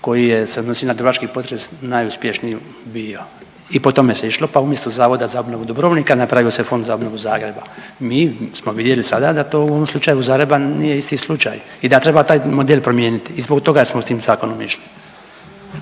koji je se odnosi na dubrovački potres najuspješniji bio i po tome se išlo, pa umjesto Zavoda za obnovu Dubrovnika, napravio se Fond za obnovu Zagreba. Mi smo vidjeli sada da to u ovom slučaju Zagreba nije isti slučaj i da treba taj model promijeniti i zbog toga smo s tim zakonom išli.